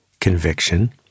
conviction